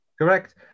Correct